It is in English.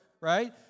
right